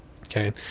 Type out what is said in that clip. Okay